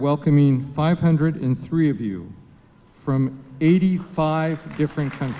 welcoming five hundred in three of you from eighty five different kind